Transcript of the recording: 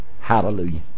Hallelujah